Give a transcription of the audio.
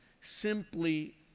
simply